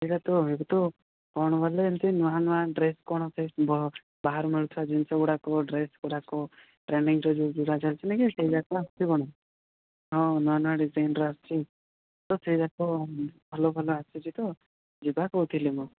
ସେଇରା ତ ଏବେ ତ କ'ଣ ବୋଇଲେ ଏମିତି ନୂଆ ନୂଆ ଡ୍ରେସ୍ କ'ଣ ସେ ବାହାରୁ ମିଳୁଥିବା ଜିନିଷ ଗୁଡ଼ାକ ଡ୍ରେସ୍ ଗୁଡ଼ାକ ଟ୍ରେଣ୍ଡିଙ୍ଗରେ ଯେଉଁ ଯେଉଁ ଚାଲିଛି ନାହିଁ ସେଇ ଗୁଡ଼ାକ ସିଏ କ'ଣ ହଁ ନୂଆ ନୂଆ ଡିଜାଇନ୍ର ଆସିଛି ତ ସେଇ ଯାକ ଭଲ ଭଲ ଆସିଛି ତ ଯିବା କହୁଥିଲି ମୁଁ